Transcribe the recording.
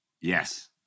Yes